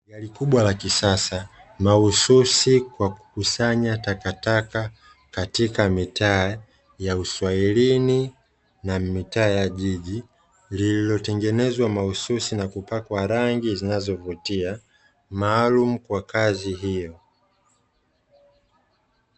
Gari kubwa la kisasa mahususi kwa kukusanya takataka katika mitaa ya uswahilini na mitaa ya jiji. Lililotengenezwa mahususi na kupakwa rangi zinazovutia maalumu kwa kazi iyo.